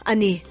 Ani